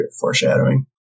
foreshadowing